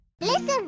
Listen